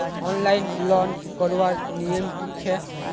Online loan करवार नियम की छे?